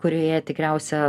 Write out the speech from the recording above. kurioje tikriausia